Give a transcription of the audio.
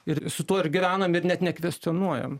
ir su tuo ir gyvenam ir net nekvestionuojam